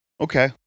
Okay